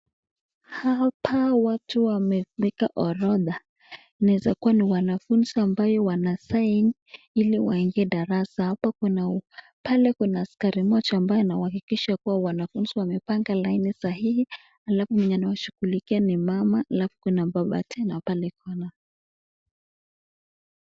Hapa watu wameweka orodha. Inawezakuwa ni wanafunzi ambao wanasign ili waingie darasa. Hapa kuna, pale kuna askari mmoja ambaye anahakikisha kuwa wanafunzi wamepanga laini sahihi halafu mwenye anawashughulikia na mama halafu kuna baba tena pale kona.